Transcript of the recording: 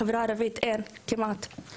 שבחברה הערבית כמעט ואין.